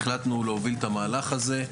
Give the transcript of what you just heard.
החלטנו להוביל את המהלך הזה.